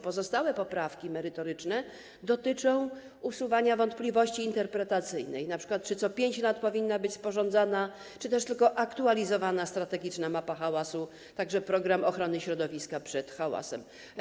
Pozostałe poprawki merytoryczne dotyczą usuwania wątpliwości interpretacyjnych, np. tego, czy co 5 lat powinna być sporządzana czy też tylko aktualizowana strategiczna mapa hałasu, także program ochrony środowiska przed hałasem.